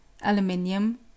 aluminium